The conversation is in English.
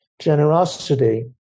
Generosity